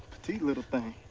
petite little thing.